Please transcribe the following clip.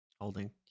Holding